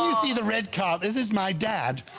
um see the red car, this is my dad